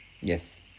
Yes